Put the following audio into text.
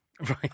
Right